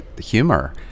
humor